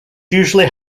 usually